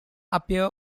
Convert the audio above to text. appear